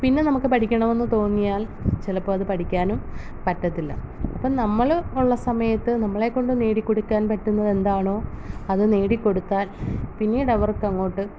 പിന്നെ നമുക്ക് പഠിക്കണമെന്ന് തോന്നിയാൽ ചിലപ്പോള് അത് പഠിക്കാനും പറ്റത്തില്ല അപ്പോള് നമ്മള് ഉള്ള സമയത്ത് നമ്മളെക്കൊണ്ട് നേടിക്കൊടുക്കാൻ പറ്റുന്നതെന്താണോ അത് നേടിക്കൊടുത്താൽ പിന്നീട് അവർക്കങ്ങോട്ട്